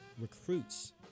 recruits